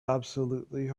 absolutely